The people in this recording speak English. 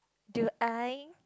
do I